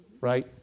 Right